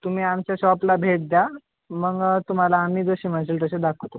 तुम्ही आमच्या शॉपला भेट द्या मग तुम्हाला आम्ही जशी म्हणतील तशी दाखवतो